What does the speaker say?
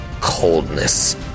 coldness